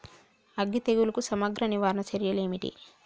అగ్గి తెగులుకు సమగ్ర నివారణ చర్యలు ఏంటివి?